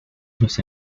sus